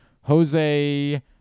Jose